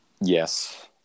Yes